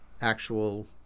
actual